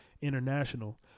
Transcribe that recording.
international